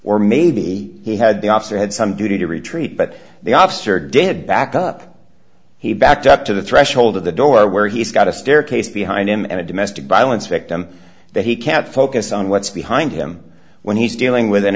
or maybe he had the officer had some duty to retreat but the officer did back up he backed up to the threshold of the door where he's got a staircase behind him and a domestic violence victim that he can't focus on what's behind him when he's dealing with an